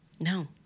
No